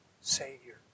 Savior